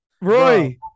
Roy